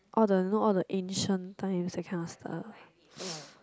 all the you know all the ancient times that kind of stuff